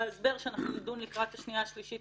ההסבר לכתוב שאנחנו נדון לקראת הקריאה השנייה והשלישית